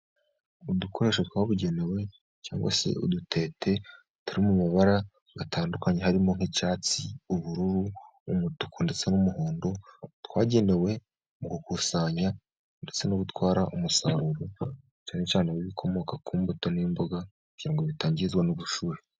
Udukoresho twabugenewe cyangwa se udutete turi mu mabara atandukanye harimo: nk'icyatsi, ubururu, n'umutuku, ndetse n'umuhondo. Twagenewe mu gukusanya ndetse no gutwara umusaruro cyane cyane ibikomoka ku mbuto n'imboga, kugirango bitangizwa n'ubushyuhe.